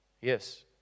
Yes